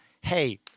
Hey